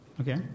Okay